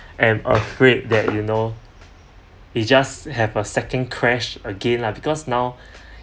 am afraid that you know it just have a second crashed again lah because now